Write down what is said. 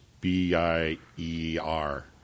B-I-E-R